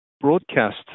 broadcast